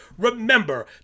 remember